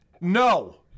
No